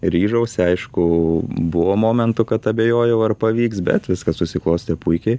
ryžausi aišku buvo momentų kad abejojau ar pavyks bet viskas susiklostė puikiai